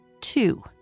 two